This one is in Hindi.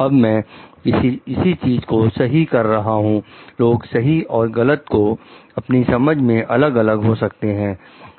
अब मैं इसी चीज को सही कर रहा हूं लोग सही और गलत की अपनी समझ में अलग अलग हो सकते हैं